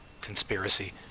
conspiracy